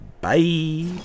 bye